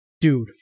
dude